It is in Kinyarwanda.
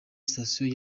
sitasiyo